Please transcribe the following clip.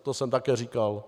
To jsem také říkal.